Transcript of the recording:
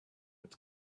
its